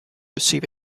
receive